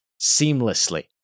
seamlessly